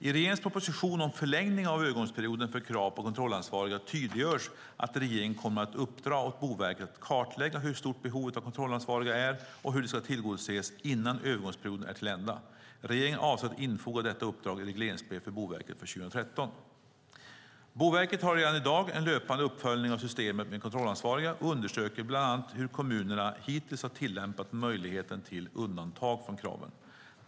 I regeringens proposition om förlängning av övergångsperioden för krav på kontrollansvariga tydliggörs att regeringen kommer att uppdra åt Boverket att kartlägga hur stort behovet av kontrollansvariga är och hur det ska tillgodoses innan övergångsperioden är till ända. Regeringen avser att infoga detta uppdrag i regleringsbrev för Boverket för år 2013. Boverket har redan i dag en löpande uppföljning av systemet med kontrollansvariga och undersöker bland annat hur kommunerna hittills har tillämpat möjligheten till undantag från kraven.